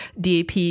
DAP